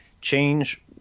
change